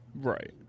right